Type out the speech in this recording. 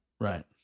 Right